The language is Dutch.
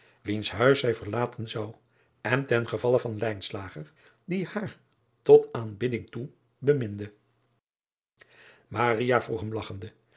wiens huis zij verlaten zou en ten gevalle van die haar tot aanbidding toe beminde vroeg hem